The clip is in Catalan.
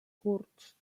curts